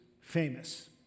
famous